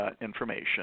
information